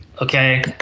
okay